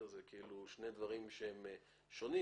אלה שני דברים שהם שונים.